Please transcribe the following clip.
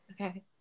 Okay